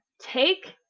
take